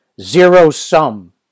zero-sum